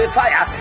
fire